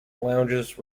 lounges